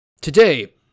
Today